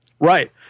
Right